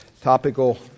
topical